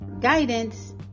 guidance